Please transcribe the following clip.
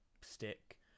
stick